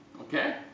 Okay